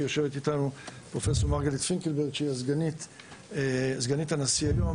נעשית על-ידי חברי האקדמיה.